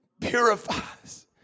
purifies